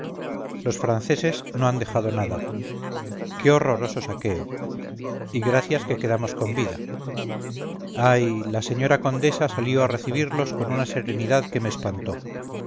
los franceses no han dejado nada qué horroroso saqueo y gracias que quedamos con vida ay la señora condesa salió a recibirlos con una serenidad que me espantó